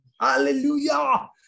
Hallelujah